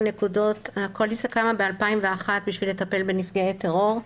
הקואליציה קמה ב-2001 כדי לטפל בנפגעי טרור,